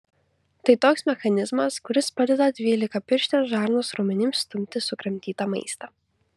tai toks mechanizmas kuris padeda dvylikapirštės žarnos raumenims stumti sukramtytą maistą